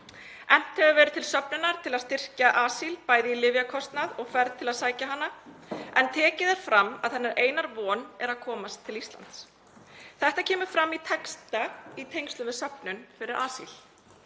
Efnt hefur verið til safnana til að styrkja Asil, bæði vegna lyfjakostnaðar og ferðar til að sækja hana, en tekið er fram að hennar eina von sé að komast til Íslands. Þetta kemur fram í texta í tengslum við söfnun fyrir Asil.